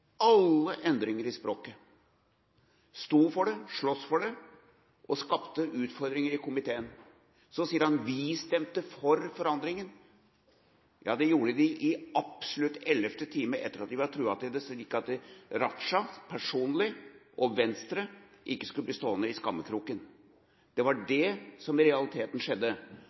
alle endringer i språket, sto for det, sloss for det, og skapte utfordringer i komiteen. Så sier han: Vi stemte for forandringer. Ja, det gjorde de i absolutt ellevte time, etter at de var truet til det, slik at Raja personlig og Venstre ikke skulle bli stående i skammekroken. Det var det som i realiteten skjedde.